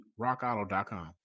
rockauto.com